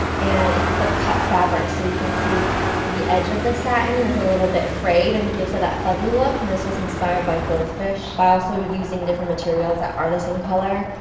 and it's the cut fabric. so you can see the edge of the satin is a little bit frayed, and gives it that fuzzy look, and this was inspired by goldfish. by also using different materials that are the same color,